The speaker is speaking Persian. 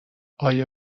ایا